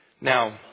Now